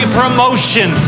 promotion